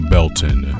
Belton